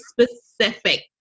specific